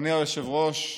אדוני היושב-ראש,